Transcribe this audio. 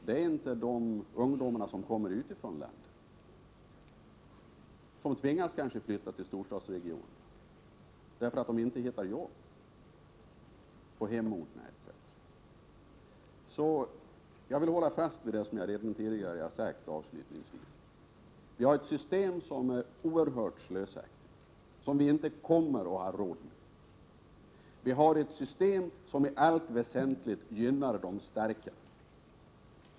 Det gör inte de ungdomar som kommer utifrån landet och som kanske tvingats flytta till en storstadsregion därför att de inte hittar jobb på hemorterna. Jag vill alltså hålla fast vid det som jag redan tidigare sagt. Vi har ett system som är oerhört slösaktigt och som vi inte kommer att ha råd med. Vi har ett system som i allt väsentligt gynnar de starka.